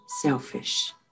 selfish